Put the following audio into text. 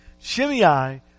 Shimei